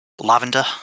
lavender